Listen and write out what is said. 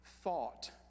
thought